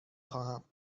خواهم